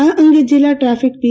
આ અંગે જીલ્લા ટ્રાફિક પી